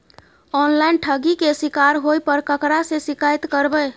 Online ठगी के शिकार होय पर केकरा से शिकायत करबै?